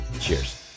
Cheers